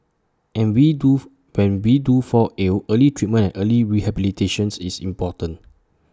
and we do when we do fall ill early treatment early rehabilitation is important